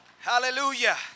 Hallelujah